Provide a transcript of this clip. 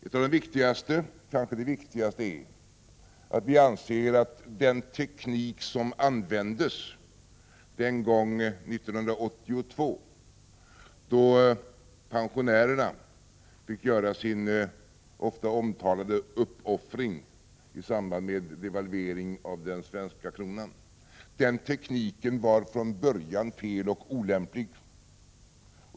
Ett av de viktigaste — kanske det viktigaste — är att vi anser att den teknik som användes 1982, då pensionärerna fick göra sin ofta omtalade uppoffring i samband med devalveringen av den svenska kronan, redan från början var felaktig och olämplig.